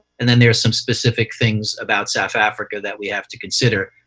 and then there's some specific things about south africa that we have to consider.